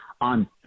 on